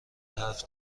حرف